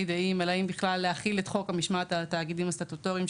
דעים לגביה האם בכלל להחיל את חוק המשמעת על תאגידים סטטוטוריים.